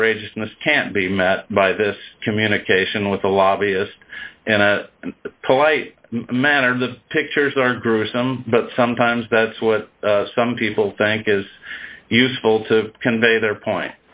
outrageousness can't be met by this communication with the lobbyist and polite manner in the pictures are gruesome but sometimes that's what some people think is useful to convey their point